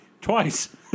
twice